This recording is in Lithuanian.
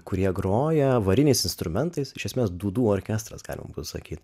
kurie groja variniais instrumentais iš esmės dūdų orkestras galima būtų sakyt